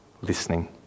listening